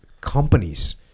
companies